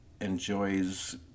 enjoys